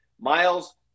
Miles